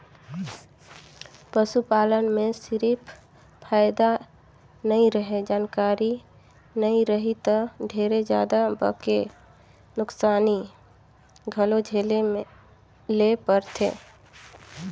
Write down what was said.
पसू पालन में सिरिफ फायदा नइ रहें, जानकारी नइ रही त ढेरे जादा बके नुकसानी घलो झेले ले परथे